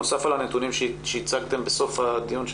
נוסף על הנתונים שהצגתם בסוף הדיון,